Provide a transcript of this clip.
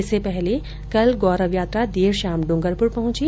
इससे पहले कल गौरव यात्रा देर शाम डूंगरपुर पंहची